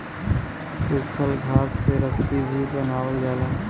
सूखल घास से रस्सी भी बनावल जाला